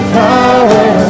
power